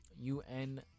UN